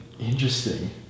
Interesting